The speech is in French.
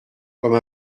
comme